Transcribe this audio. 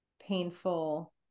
painful